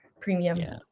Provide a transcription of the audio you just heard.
premium